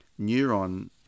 neuron